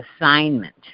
assignment